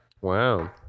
Wow